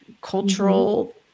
cultural